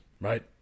Right